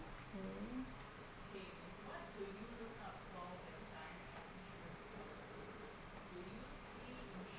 K